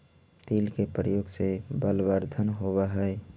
तिल के प्रयोग से बलवर्धन होवअ हई